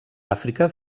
àfrica